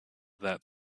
that